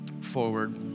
forward